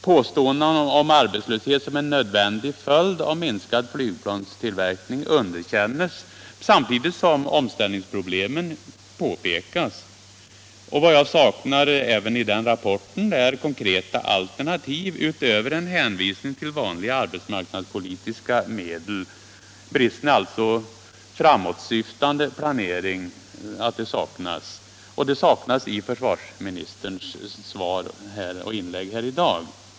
Påståendena om arbetslöshet som en nödvändig följd av minskad flygplanstillverkning underkänns samtidigt som omställningsproblemen påpekas. Vad som saknas även i den rapporten är konkreta alternativ utöver en hänvisning till vanliga arbetsmarknadspolitiska medel. Det finns alltså inte någon framåtsyftande planering, och en sådan fattas också i försvarsministerns svar och inlägg här i dag.